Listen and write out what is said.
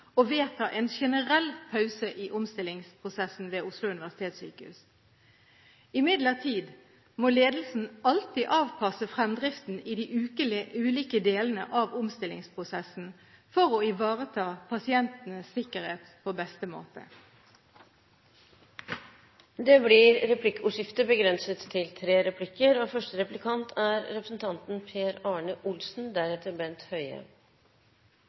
å vedta en generell pause i omstillingsprosessen ved Oslo universitetssykehus. Imidlertid må ledelsen alltid avpasse fremdriften i de ulike delene av omstillingsprosessen for å ivareta pasientenes sikkerhet på beste måte. Det blir replikkordskifte.